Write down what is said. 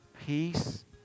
peace